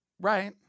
Right